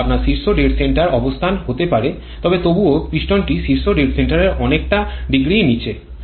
এটি আপনার শীর্ষ ডেড সেন্টার অবস্থান হতে পারে তবে তবুও পিস্টনটি শীর্ষ ডেড সেন্টারের অনেকটা ডিগ্রিই নীচে